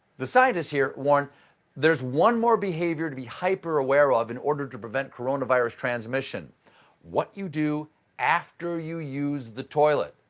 the scientists warn there's one more behavior to be hyper-aware of in order to prevent coronavirus transmission what you do after you use the toilet.